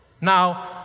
Now